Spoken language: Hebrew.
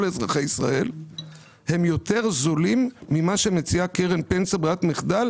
אזרחי ישראל הם יותר זולים ממה שמציעה קרן פנסיה ברירת מחדל,